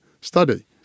study